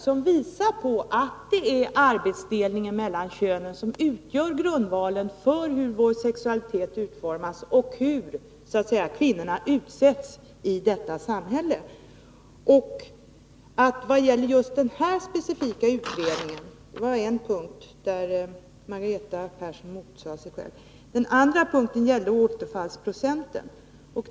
Hon har visat att det är arbetsdelningen mellan könen som utgör grundvalen för hur vår sexualitet utformas och hur kvinnorna utsätts i detta samhälle. Denna utredning var en av de punkter där Margareta Persson motsade sig själv. Den andra punkten gällde återfallsprocenten.